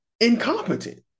incompetent